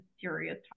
serious